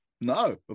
No